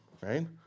right